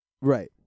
Right